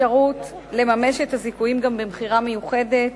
אפשרות לממש את הזיכויים גם במכירה מיוחדת,